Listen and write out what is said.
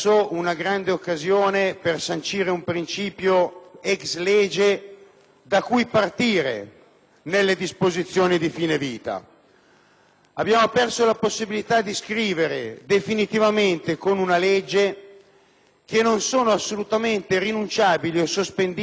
da cui partire nelle disposizioni di fine vita. Abbiamo perso la possibilità di scrivere, definitivamente con una legge, che non sono assolutamente rinunciabili e sospendibili l'idratazione e l'alimentazione, per poi ripartire